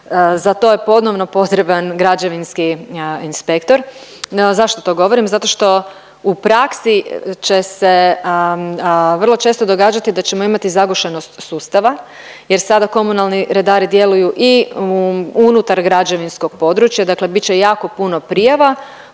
Za to je ponovno potreban građevinski inspektor. No zašto to govorim, zato što u praksi će se vrlo često događati da ćemo imati zagušenost sustava, jer sada komunalni djeluju i u unutar građevinskog područja. Dakle, bit će jako puno prijava